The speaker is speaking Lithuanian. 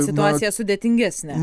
situacija sudėtingesnė